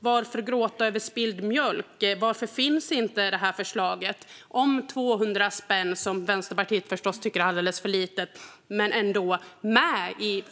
Varför gråta över spilld mjölk? Varför finns inte ert förslag om 200 spänn, som Vänsterpartiet förstås tycker är alldeles för lite, med i